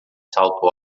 salto